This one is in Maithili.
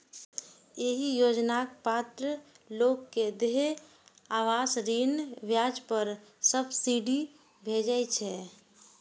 एहि योजनाक पात्र लोग कें देय आवास ऋण ब्याज पर सब्सिडी भेटै छै